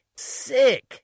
Sick